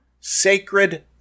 Sacred